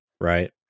right